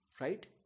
Right